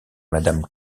madame